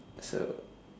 so